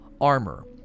armor